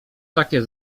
takie